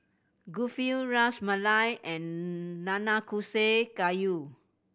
Kulfi Ras Malai and Nanakusa Gayu